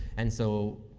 and so,